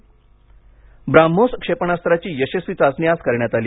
ब्राह्मोस ब्राह्मोस क्षेपणास्त्राची यशस्वी चाचणी आज करण्यात आली